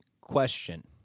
question